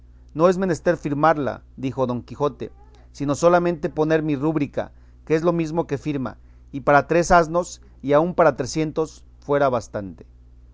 no es menester firmarla dijo don quijote sino solamente poner mi rúbrica que es lo mesmo que firma y para tres asnos y aun para trecientos fuera bastante